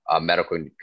medical